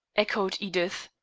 echoed edith,